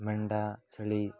ମେଣ୍ଢା ଛେଳି